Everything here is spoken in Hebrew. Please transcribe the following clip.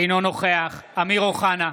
אינו נוכח אמיר אוחנה,